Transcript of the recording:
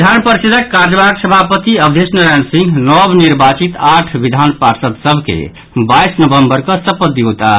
विधान परिषदक कार्यवाहक सभापति अवधेश नारायण सिंह नव निर्वाचित आठ विधान पार्षद सभ के बाईस नवम्बर कऽ शपथ दियौताह